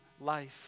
life